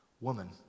woman